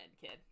kid